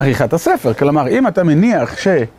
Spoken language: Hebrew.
עריכת הספר, כלומר, אם אתה מניח ש...